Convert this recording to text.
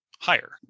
higher